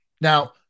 Now